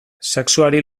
sexuari